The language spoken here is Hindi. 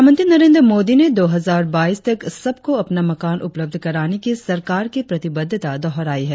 प्रधानमंत्री नरेंद्र मोदी ने दो हजार बाइस तक सबको अपना मकान उपलब्ध कराने की सरकार की प्रतिबद्धता दोहराई है